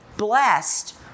blessed